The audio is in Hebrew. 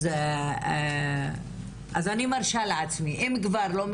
אז אני מרשה לעצמי, אם כבר לא מקצועית,